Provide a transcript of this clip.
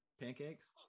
Pancakes